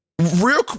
real